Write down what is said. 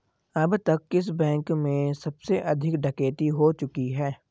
अब तक किस बैंक में सबसे अधिक डकैती हो चुकी है?